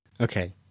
Okay